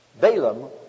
Balaam